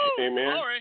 Amen